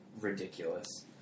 ridiculous